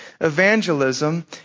evangelism